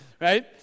right